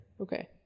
Okay